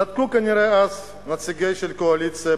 אז צדקו כנראה נציגי הקואליציה,